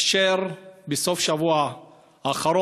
אשר נורה בסוף השבוע האחרון.